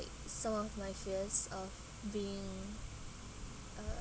some of my fears of being uh